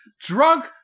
drunk